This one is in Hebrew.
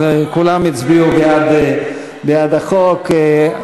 אז כולם הצביעו בעד החוק.